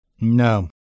No